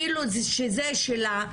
כאילו שזה שלה,